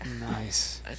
Nice